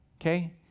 Okay